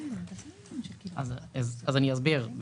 אסביר.